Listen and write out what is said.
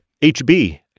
HB